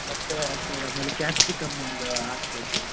ಮತ್ತೇ ಸರ್ ಆಮೇಲೆ ಕ್ಯಾಪ್ಸಿಕಮ್ ಒಂದು ಆರು ಕೆ ಜಿ